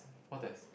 what test